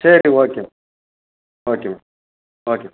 சரி okay okay ma'am okay